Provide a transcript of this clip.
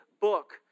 book